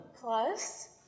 plus